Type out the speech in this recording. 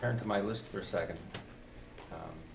turn to my list for a second